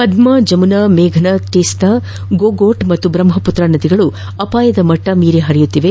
ಪದ್ಮ ಜಮುನಾ ಮೇಘನಾ ತೀಸ್ತಾ ಗೊಗೋಟ್ ಮತ್ತು ಬ್ರಹ್ಮಪುತ್ರ ನದಿಗಳು ಅಪಾಯದ ಮಟ್ಟ ಮೀರಿ ಹರಿಯುತ್ತಿದೆ